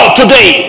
today